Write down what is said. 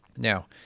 Now